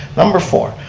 number four,